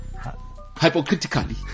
hypocritically